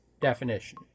definition